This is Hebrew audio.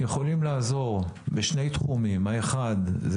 יכולים לעזור בשני תחומים: האחד,